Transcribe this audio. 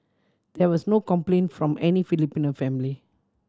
there was no complaint from any Filipino family